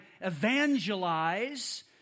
evangelize